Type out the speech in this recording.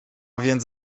więc